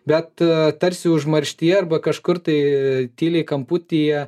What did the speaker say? bet tarsi užmarštyje arba kažkur tai tyliai kamputyje